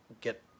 get